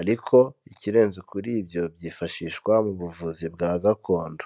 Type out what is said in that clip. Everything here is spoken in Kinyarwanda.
ariko ikirenze kuri ibyo byifashishwa mu buvuzi bwa gakondo.